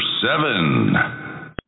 seven